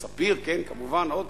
ספיר, כן, כמובן, עוד.